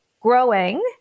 growing